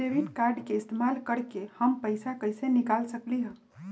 Debit card के इस्तेमाल करके हम पैईसा कईसे निकाल सकलि ह?